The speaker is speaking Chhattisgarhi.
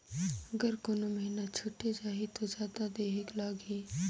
अगर कोनो महीना छुटे जाही तो जादा देहेक लगही?